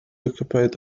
occupied